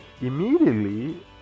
Immediately